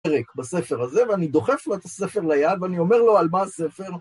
בספר הזה, ואני דוחף לו את הספר ליד ואני אומר לו, על מה הספר